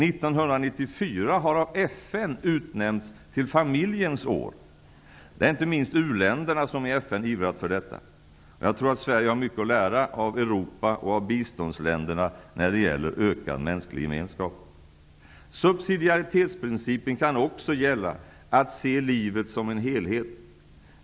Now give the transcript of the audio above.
1994 har av FN utnämnts till familjens år. Det är inte minst u-länderna som i FN ivrat för detta. Sverige har mycket att lära av Europa och av biståndsländerna när det gäller ökad mänsklig gemenskap. Subsidiaritetsprincipen kan också gälla att se livet som en helhet.